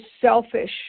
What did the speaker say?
selfish